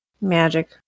Magic